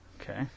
Okay